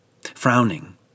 Frowning